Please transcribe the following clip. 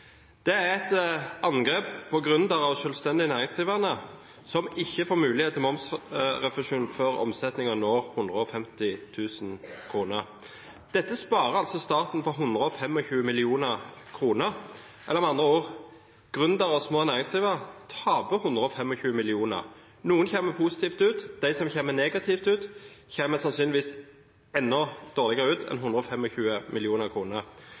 Det er et angrep på gründere og selvstendig næringsdrivende, som ikke får mulighet til momsrefusjon før omsetningen når 150 000 kr. Dette sparer staten for 125 mill. kr, eller med andre ord: Gründere og små næringsdrivende taper 125 mill. kr. Noen kommer positivt ut, men de som kommer negativt ut, kommer sannsynligvis enda dårligere ut enn